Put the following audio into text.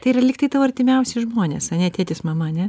tai yra lygtai tavo artimiausi žmonės ane tėtis mama ane